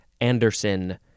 Anderson